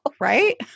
Right